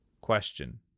Question